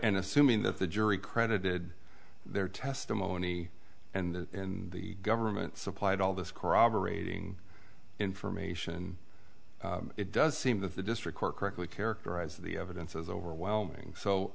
and assuming that the jury credited their testimony and the government supplied all this corroborating information it does seem that the district court correctly characterized the evidence is overwhelming so